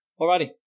Alrighty